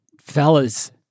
fellas